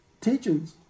teachings